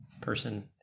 person